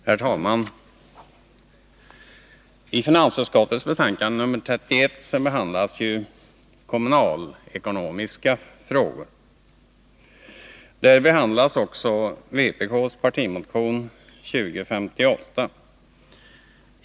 Herr talman! I finansutskottets betänkande 31 behandlas ju kommunalekonomiska frågor. Där behandlas också vpk:s partimotion 2058.